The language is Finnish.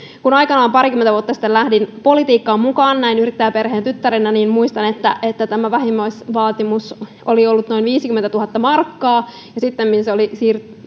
kun aikanaan parikymmentä vuotta sitten lähdin politiikkaan mukaan yrittäjäperheen tyttärenä niin muistan että tämä vähimmäisvaatimus oli ollut noin viisikymmentätuhatta markkaa sittemmin se oli